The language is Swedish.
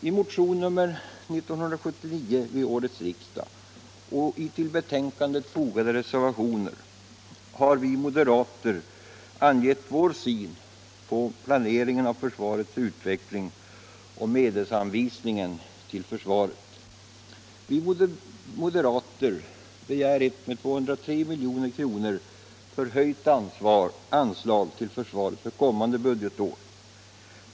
I motionen 1979 till årets riksdag och i till betänkandet fogade reservationer har vi moderater angett vår syn på planeringen av försvarets utveckling och på medelsanvisningen till försvaret. Vi moderater begär ett med 203 milj.kr. förhöjt anslag till försvaret för kommande budgetår.